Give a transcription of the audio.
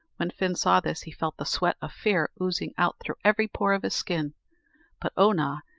when fin saw this, he felt the sweat of fear oozing out through every pore of his skin but oonagh,